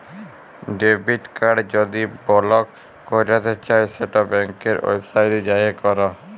debit card যদি block ক্যরতে চাই সেট ব্যাংকের ওয়েবসাইটে যাঁয়ে ক্যর